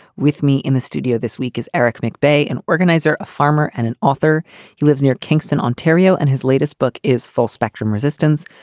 with me in the studio this week is eric mc, an and organizer, a farmer and an author who lives near kingston, ontario. and his latest book is full spectrum resistance,